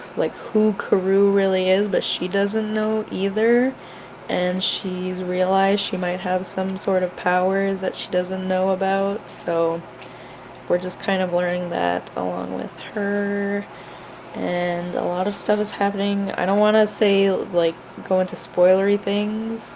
like who karou really is but she doesn't know either and she's realized she might have some sort of powers that she doesn't know about so we're just kind of learning that along with her and a lot of stuff is happening, i don't want to say like go into spoilery things